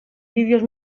vídeos